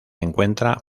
encuentra